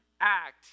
act